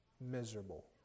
miserable